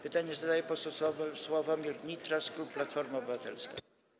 Pytanie zadaje poseł Sławomir Nitras, klub Platforma Obywatelska.